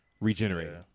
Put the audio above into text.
regenerated